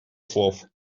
слов